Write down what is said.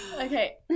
Okay